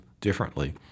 differently